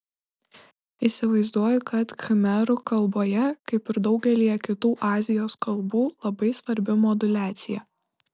įsivaizduoju kad khmerų kalboje kaip ir daugelyje kitų azijos kalbų labai svarbi moduliacija